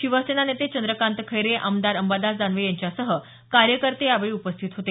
शिवसेना नेते चंद्रकांत खैरे आमदार अंबादास दानवे यांच्यासह कार्यकर्ते यावेळी उपस्थित होते